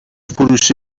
فروشی